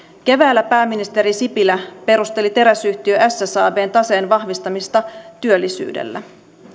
keväällä pääministeri sipilä perusteli teräsyhtiö ssabn taseen vahvistamista työllisyydellä